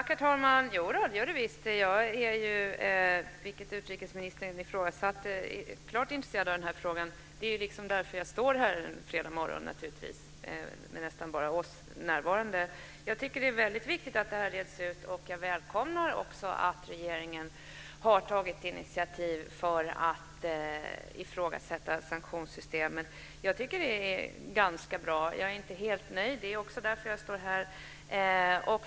Herr talman! Jodå, det gör det visst! Jag är - vilket utrikesministern ifrågasatte - klart intresserad av den här frågan. Det är naturligtvis därför jag står här en fredagsmorgon när nästan bara vi är närvarande. Jag tycker att det är viktigt att detta reds ut och jag välkomnar också att regeringen har tagit initiativ för att ifrågasätta sanktionssystemet. Jag tycker att det är ganska bra. Men jag är inte helt nöjd, och det är också därför jag står här.